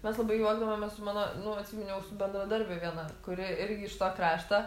mes labai juokdavomės su mano nu atsiminiau su bendradarbe viena kuri irgi iš to krašto